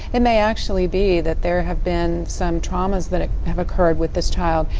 it may actually be that there have been some traumas that ah have occurred with this child,